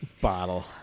bottle